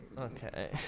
okay